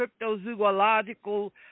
cryptozoological